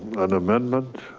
an amendment?